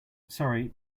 sorry